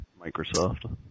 Microsoft